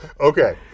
Okay